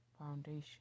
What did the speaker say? Foundation